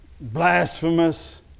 blasphemous